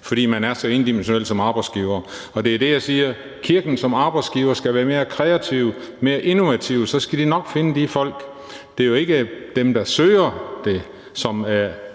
fordel. Man er så endimensionel som arbejdsgiver, og det er der, jeg siger, at kirken som arbejdsgiver skal være mere kreativ, mere innovativ, og så skal de nok finde de folk. Det er jo ikke dem, der søger, som